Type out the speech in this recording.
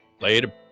Later